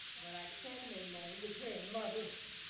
but i can name all of the grandmothers.